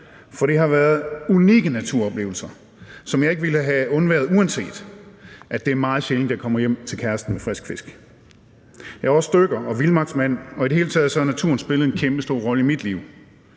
for det har været unikke naturoplevelser, som jeg ikke ville have undværet, uanset at det er meget sjældent, jeg kommer hjem til kæresten med frisk fisk. Jeg er også dykker og vildmarksmand, og i det hele taget har naturen spillet en kæmpestor rolle i mit liv.